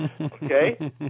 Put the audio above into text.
Okay